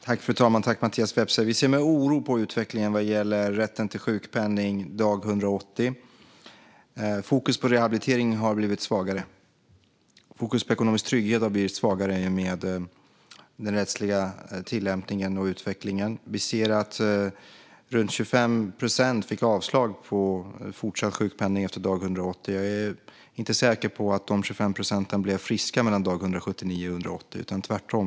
Fru talman! Tack för frågan, Mattias Vepsä! Vi ser med oro på utvecklingen vad gäller rätten till sjukpenning efter dag 180. Fokus på rehabilitering har blivit svagare. Fokus på ekonomisk trygghet har blivit svagare med den rättsliga tillämpningen och utvecklingen. Vi ser att runt 25 procent fick avslag på fortsatt sjukpenning efter dag 180. Jag är inte säker på att de 25 procenten blev friska mellan dag 179 och dag 180.